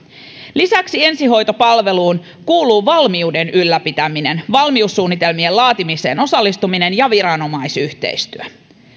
lisäksi ensihoitopalveluun kuuluvat valmiuden ylläpitäminen valmiussuunnitelmien laatimiseen osallistuminen ja viranomaisyhteistyö